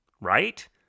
right